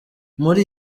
muri